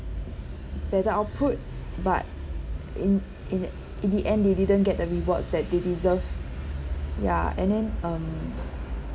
that the output but in in in the end they didn't get the rewards that they deserved ya and then um